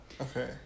okay